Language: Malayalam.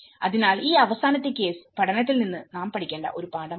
അതിനാൽ ഈ അവസാനത്തെ കേസ് പഠനത്തിൽ നിന്ന് നാം പഠിക്കേണ്ട ഒരു പാഠമാണിത്